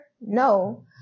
No